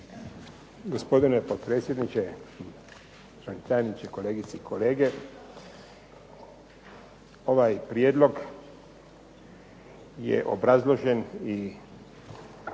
Gospodine potpredsjedniče, državni tajniče, kolegice i kolege. Ovaj prijedlog je obrazložen i